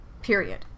Period